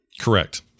Correct